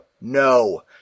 no